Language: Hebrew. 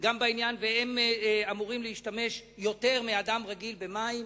והם אמורים להשתמש יותר מאדם רגיל במים,